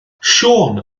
siôn